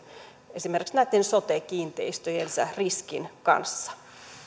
esimerkiksi näitten sote kiinteistöjensä riskin kanssa